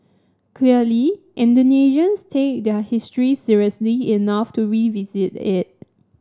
clearly Indonesians take their history seriously enough to revisit it